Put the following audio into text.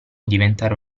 diventare